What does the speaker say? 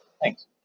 Thanks